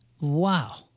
Wow